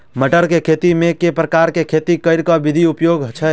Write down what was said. मटर केँ खेती मे केँ प्रकार केँ खेती करऽ केँ विधि बेसी उपयोगी छै?